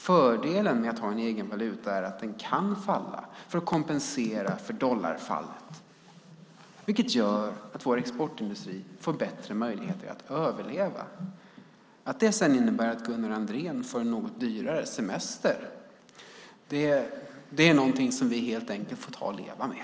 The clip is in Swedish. Fördelen med att ha en egen valuta är att den kan falla för att kompensera för dollarfallet, vilket gör att vår exportindustri får bättre möjligheter att överleva. Att det sedan innebär att Gunnar Andrén får en något dyrare semester är någonting som vi helt enkelt får leva med.